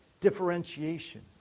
differentiation